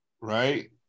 Right